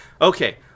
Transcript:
Okay